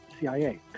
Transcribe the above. CIA